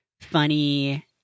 funny